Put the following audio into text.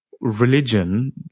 religion